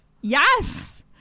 Yes